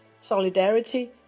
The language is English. solidarity